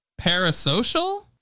parasocial